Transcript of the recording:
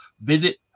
Visit